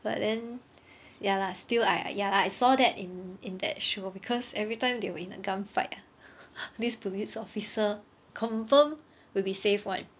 but then ya lah still I ya lah I saw that in in that show because every time they were in a gunfight ah this police officer confirm will be safe one